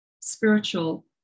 spiritual